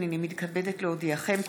הינני מתכבדת להודיעכם,